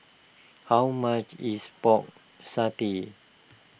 how much is Pork Satay